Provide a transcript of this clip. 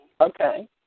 Okay